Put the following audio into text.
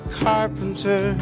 carpenter